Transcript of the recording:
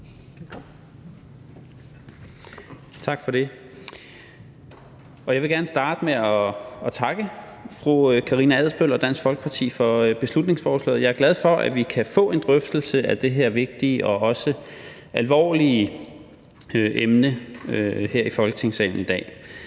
Tak for det. Jeg vil gerne starte med at takke fru Karina Adsbøl og Dansk Folkeparti for beslutningsforslaget. Jeg er glad for, at vi kan få en drøftelse af det her vigtige og også alvorlige emne her i Folketingssalen i dag.